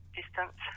distance